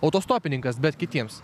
autostopininkas bet kitiems